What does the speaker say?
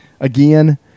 Again